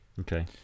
okay